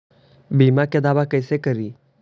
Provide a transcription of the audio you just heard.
बीमा के दावा कैसे करी?